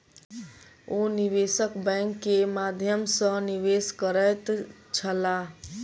ओ निवेशक बैंक के माध्यम सॅ निवेश करैत छलाह